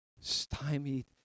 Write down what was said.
stymied